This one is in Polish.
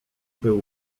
był